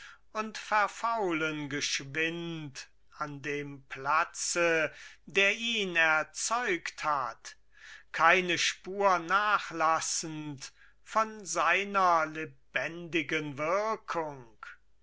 und verfaulen geschwind an dem platze der ihn erzeugt hat keine spur nachlassend von seiner lebendigen wirkung